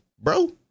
bro